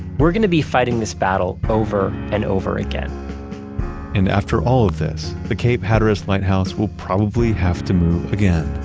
we're going to be fighting this battle over and over again and after all of this, the cape hatteras lighthouse will probably have to move again.